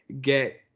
get